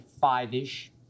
five-ish